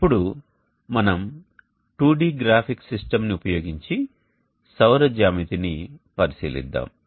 ఇప్పుడు మనం 2D graphic సిస్టమ్ని ఉపయోగించి సౌర జ్యామితిని పరిశీలిద్దాం